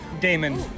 Damon